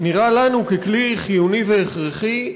נראה לנו כלי חיוני והכרחי.